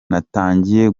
natangiye